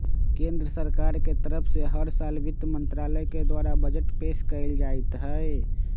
केन्द्र सरकार के तरफ से हर साल वित्त मन्त्रालय के द्वारा बजट पेश कइल जाईत हई